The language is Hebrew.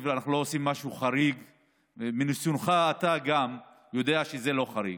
תודה רבה.